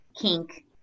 kink